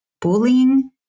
bullying